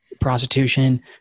prostitution